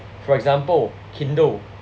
for example kindle